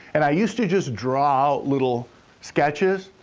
and i used to just draw little sketches,